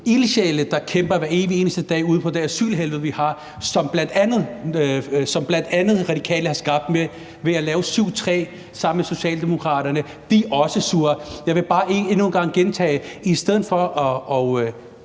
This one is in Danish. ildsjæle, der kæmper hver evig eneste dag ude i det asylhelvede, vi har, som bl.a. Radikale har skabt ved at lave § 7, stk. 3, sammen med Socialdemokraterne, er også sure. Jeg vil bare endnu en gang gentage: I skyder på